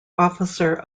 officer